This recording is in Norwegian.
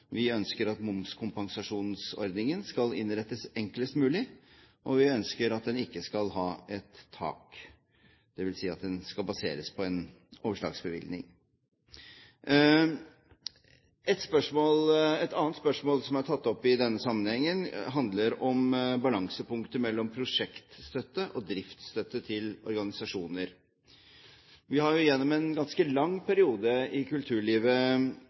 vi ønsker at momskompensasjonsordningen skal innrettes enklest mulig, og at den ikke skal ha et tak, dvs. at den skal baseres på en overslagsbevilgning. Et annet spørsmål som er tatt opp i denne sammenhengen, handler om balansepunktet mellom prosjektstøtte og driftsstøtte til organisasjoner. Vi har jo gjennom en ganske lang periode i kulturlivet